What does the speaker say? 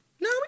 No